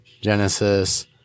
Genesis